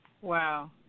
Wow